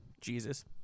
Jesus